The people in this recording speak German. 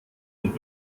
und